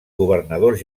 governadors